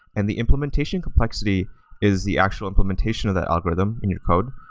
and the implementation complexity is the actual implementation of that algorithm in your code.